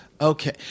Okay